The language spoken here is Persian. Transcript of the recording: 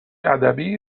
ادبی